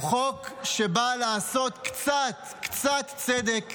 הוא חוק שבא לעשות קצת צדק